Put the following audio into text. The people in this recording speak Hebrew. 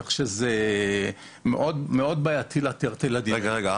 ככה ש --- רגע, רגע.